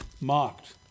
mocked